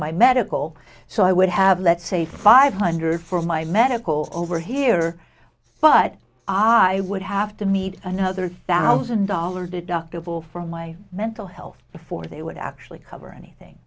my medical so i would have let's say five hundred for my medical over here but i would have to meet another thousand dollars deductible from my mental health before they would actually cover anything